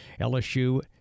LSU